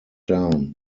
down